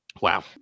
Wow